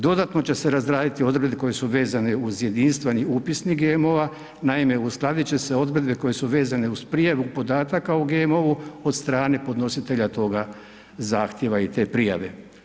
Dodatno će se razraditi odredbe koje su vezane uz jedinstveni upisnik GMO-a, naime, uskladit će se odredbe koje su vezane za prijavu podataka o GMO-u od strane podnositelja toga zahtjeva i te prijave.